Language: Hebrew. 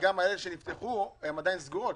וגם אלה שנפתחו הן עדיין סגורות,